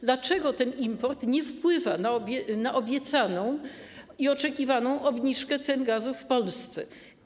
Dlaczego ten import nie wpływa na obiecaną i oczekiwaną obniżkę cen gazu w Polsce?